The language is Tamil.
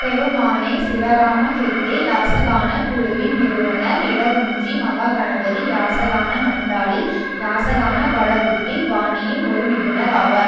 கேராமானே சிவராம ஹெக்டே யாக்ஷகான குழுவின் நிறுவனர் இடகுஞ்சி மகாகணபதி யாக்ஷகான மண்டாலி யாக்ஷகான படகோட்டி பாணியின் ஒரு நிபுணர் ஆவார்